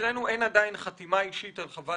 אצלנו אין עדיין חתימה אישית על חוות